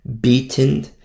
beaten